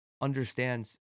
understands